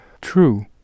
true